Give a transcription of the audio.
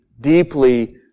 deeply